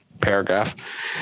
paragraph